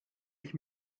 ich